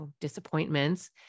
disappointments